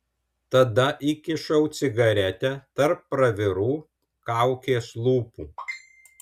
tada įkišau cigaretę tarp pravirų kaukės lūpų